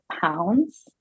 pounds